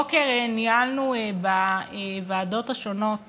הבוקר ניהלנו בוועדות השונות